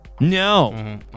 No